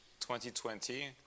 2020